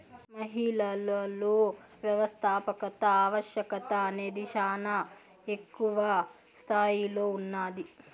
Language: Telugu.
మహిళలలో వ్యవస్థాపకత ఆవశ్యకత అనేది శానా ఎక్కువ స్తాయిలో ఉన్నాది